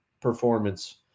performance